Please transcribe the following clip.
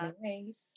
nice